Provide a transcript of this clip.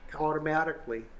automatically